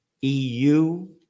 EU